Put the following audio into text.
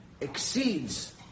exceeds